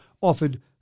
offered